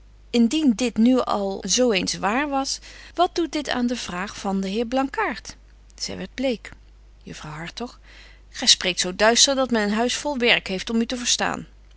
indien dit nu al zo eens waar was wat doet dit aan de vraag van den heer blankaart zy werdt bleek juffrouw hartog gy spreekt zo duister dat men een huis vol werk heeft om u te verstaan